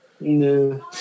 No